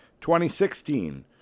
2016